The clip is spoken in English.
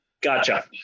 gotcha